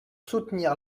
soutenir